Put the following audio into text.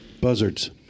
buzzards